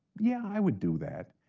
yeah, i would do that.